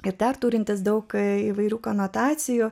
ir dar turintis daug įvairių konotacijų